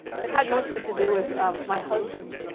it had mostly to do with my husband.